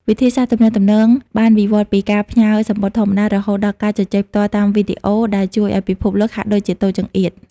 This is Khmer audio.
វិធីសាស្ត្រទំនាក់ទំនងបានវិវត្តពីការផ្ញើសំបុត្រធម្មតា រហូតដល់ការជជែកផ្ទាល់តាមវីដេអូ ដែលជួយឱ្យពិភពលោកហាក់ដូចជាតូចចង្អៀត។